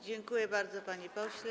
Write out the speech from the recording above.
Dziękuję bardzo, panie pośle.